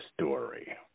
story